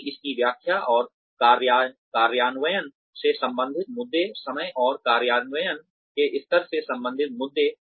क्योंकि इसकी व्याख्या और कार्यान्वयन से संबंधित मुद्दे समय और कार्यान्वयन के स्तर से संबंधित मुद्दे